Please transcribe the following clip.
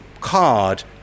card